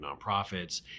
nonprofits